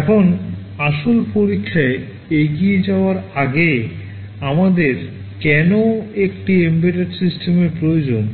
এখন আসল পরীক্ষায় এগিয়ে যাওয়ার আগে আমাদের কেন একটি এম্বেডেড সিস্টেমের প্রয়োজন